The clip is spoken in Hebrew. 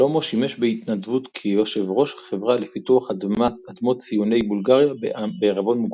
שלמה שימש בהתנדבות כיו"ר חברה לפיתוח אדמות ציוני בולגריה בע"מ.